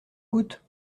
coûte